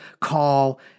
call